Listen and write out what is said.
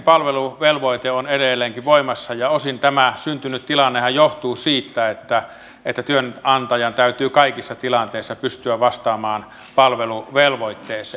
postin palveluvelvoite on edelleenkin voimassa ja osin tämä syntynyt tilannehan johtuu siitä että työnantajan täytyy kaikissa tilanteissa pystyä vastaamaan palveluvelvoitteeseen